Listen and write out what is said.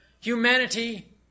humanity